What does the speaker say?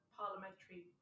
parliamentary